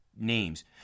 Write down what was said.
names